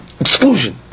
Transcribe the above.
exclusion